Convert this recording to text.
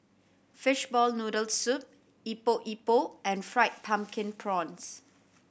fishball noodle soup Epok Epok and Fried Pumpkin Prawns